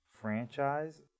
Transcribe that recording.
franchise